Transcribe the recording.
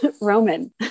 Roman